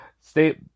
stay